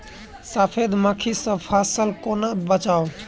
सफेद मक्खी सँ फसल केना बचाऊ?